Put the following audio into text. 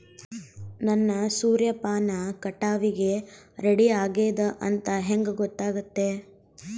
ನನ್ನ ಸೂರ್ಯಪಾನ ಕಟಾವಿಗೆ ರೆಡಿ ಆಗೇದ ಅಂತ ಹೆಂಗ ಗೊತ್ತಾಗುತ್ತೆ?